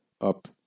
up